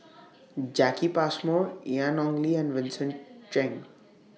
Jacki Passmore Ian Ong Li and Vincent Cheng